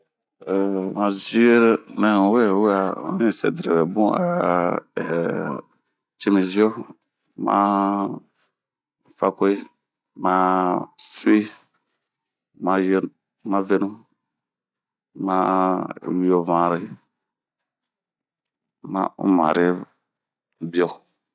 Ehhh han ziee nɛn'we we'aa n'yi sɛdirobe bun aa cimizio, maa fakoyii ,maa suwii, maa ŋenu, maa wioŋanre ,maa unmarebio.